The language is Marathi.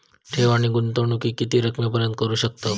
ठेव आणि गुंतवणूकी किती रकमेपर्यंत करू शकतव?